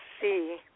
see